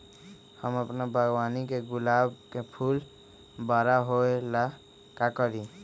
हम अपना बागवानी के गुलाब के फूल बारा होय ला का करी?